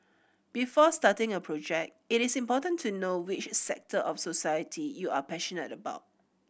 before starting a project it is important to know which sector of society you are passionate about